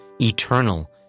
eternal